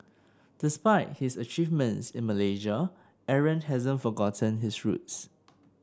despite his achievements in Malaysia Aaron hasn't forgotten his roots